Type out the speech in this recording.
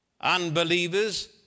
unbelievers